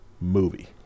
movie